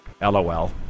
lol